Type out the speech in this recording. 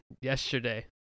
yesterday